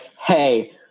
hey